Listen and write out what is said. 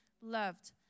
loved